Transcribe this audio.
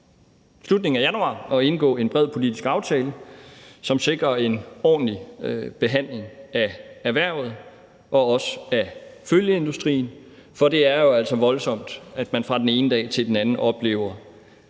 i slutningen af januar at indgå en bred politisk aftale, som sikrede en ordentlig behandling af erhvervet og også af følgeindustrien, for det er altså voldsomt, at man fra den ene dag til den anden oplever,